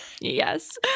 Yes